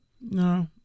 No